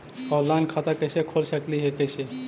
Online खाता कैसे खोल सकली हे कैसे?